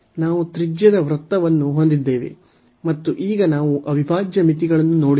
ನಾವು ತ್ರಿಜ್ಯದ ವೃತ್ತವನ್ನು ಹೊಂದಿದ್ದೇವೆ ಮತ್ತು ಈಗ ನಾವು ಅವಿಭಾಜ್ಯ ಮಿತಿಗಳನ್ನು ನೋಡಿದರೆ